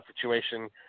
Situation